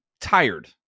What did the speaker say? tired